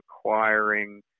acquiring